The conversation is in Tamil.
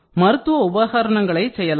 மருத்துவ உபகரணங்களை செய்யலாம்